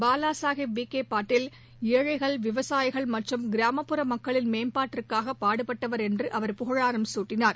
பாலா சாஹேப் விக்கே பாட்டால் ஏழைகள் விவசாயிகள் மற்றும் கிராமப்புற மக்களின் மேம்பாட்டிற்காக பாடுபட்டவர் என்று அவர் புகழாரம் சூட்டினார்